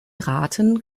raten